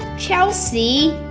chelsea!